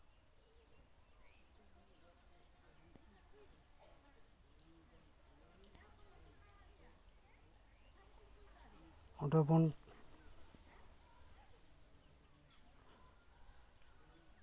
ᱚᱸᱰᱮ ᱵᱚᱱ